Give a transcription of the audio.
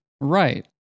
right